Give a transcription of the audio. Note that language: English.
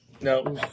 No